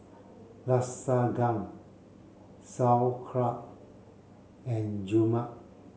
Lasagna Sauerkraut and Rajma